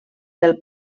del